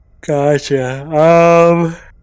Gotcha